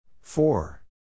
Four